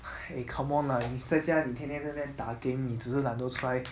eh come on lah 你在家里天天都在打 game 你只是懒惰出来